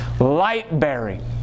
light-bearing